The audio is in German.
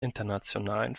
internationalen